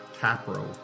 CAPRO